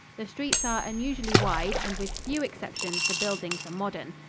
the streets are unusually wide and with few exceptions the buildings are modern.